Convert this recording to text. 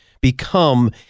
become